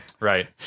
right